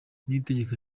niyitegeka